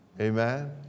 Amen